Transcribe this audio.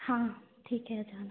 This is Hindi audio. हाँ ठीक है आ जाना